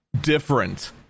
different